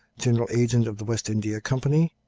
general agent of the west india company,